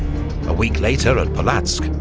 a week later at polotsk,